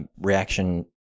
reaction